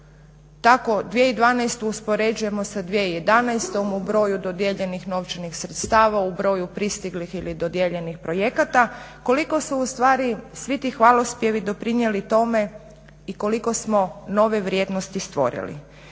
tako 2012. uspoređujemo sa 2011. u broju dodijeljenih novčanih sredstava, u broju pristiglih ili dodijeljenih projekata, koliko su u stvari svi ti hvalospjevi doprinijeli tome i koliko smo nove vrijednosti stvorili.